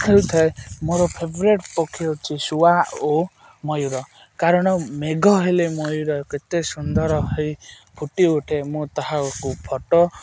ହେଉଥାଏ ମୋର ଫେଭ୍ରେଟ୍ ପକ୍ଷୀ ହେଉଛି ଶୁଆ ଓ ମୟୂର କାରଣ ମେଘ ହେଲେ ମୟୂର କେତେ ସୁନ୍ଦର ହେଇ ଫୁଟି ଉଠେ ମୁଁ ତାହାକୁ ଫୋଟୋ